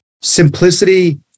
simplicity